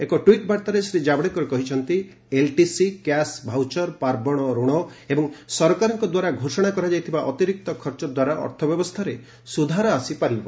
ଏକ ଟୁଇଟ୍ ବାର୍ତାରେ ଶ୍ରୀ ଜାବଡେକର କହିଛନ୍ତି ଏଲ୍ଟିସି କ୍ୟାଶ୍ ଭାଉଚର୍ ପାର୍ବଣ ଋଣ ଏବଂ ସରକାରଙ୍କ ଦ୍ୱାରା ଘୋଷଣା କରାଯାଇଥିବା ଅତିରିକ୍ତ ଖର୍ଚ୍ଚ ଦ୍ୱାରା ଅର୍ଥବ୍ୟବସ୍ଥାରେ ସୁଧାର ଆସିପାରିବ